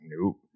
nope